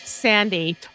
Sandy